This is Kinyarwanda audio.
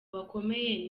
bakomeye